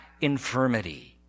infirmity